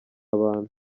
abantu